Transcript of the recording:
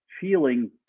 feeling